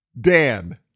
Dan